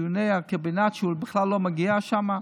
מדיוני הקבינט, שהוא בכלל לא מגיע לשם?